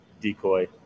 decoy